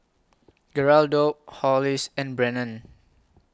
Geraldo Hollis and Brennon